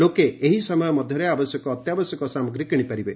ଲୋକେ ଏହି ସମୟ ମୁରେ ଆବଶ୍ୟକ ଅତ୍ୟାବଶ୍ୟକ ସାମଗ୍ରୀ କିଶିପାରିବେ